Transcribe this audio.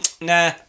nah